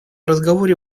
разговоре